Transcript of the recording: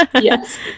yes